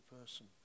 person